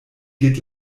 geht